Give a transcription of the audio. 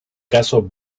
caso